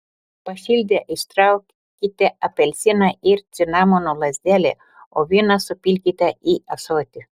pašildę ištraukite apelsiną ir cinamono lazdelę o vyną supilkite į ąsotį